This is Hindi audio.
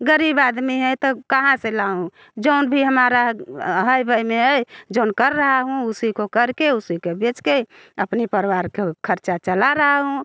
ग़रीब आदमी है तो कहाँ से लाऊँ जौन भी हमारा है अबहिने है जौन कर रही हूँ उसी को कर के उसी को बेच के अपनी परिवार का ख़र्च चला रही हूँ